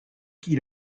qu’il